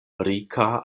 rika